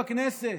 בכנסת.